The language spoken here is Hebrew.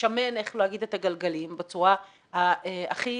שמשמן את הגלגלים בצורה הכי